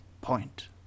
point